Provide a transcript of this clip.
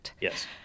Yes